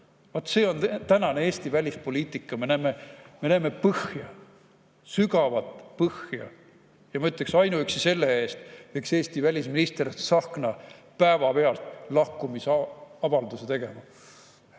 see on tänane Eesti välispoliitika! Me näeme põhja, sügavat põhja. Ma ütleks, et ainuüksi selle pärast peaks Eesti välisminister Tsahkna päevapealt lahkumisavalduse tegema.